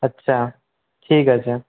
আচ্ছা ঠিক আছে